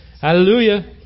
Hallelujah